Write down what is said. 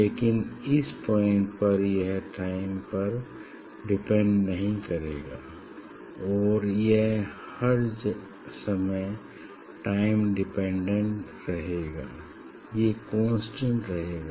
लेकिन इस पॉइंट पर यह टाइम पर डिपेंड नहीं करेगा और यह हर समय टाइम इंडिपेंडेंट रहेगा ये कांस्टेंट रहेगा